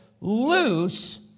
loose